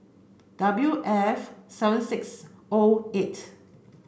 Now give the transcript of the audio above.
W F seven six O eight